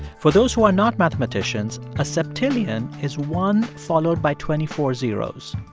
for those who are not mathematicians, a septillion is one followed by twenty four zeroes.